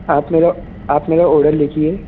आप मेरा आप मेरा ओर्डर लिखिए